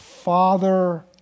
Father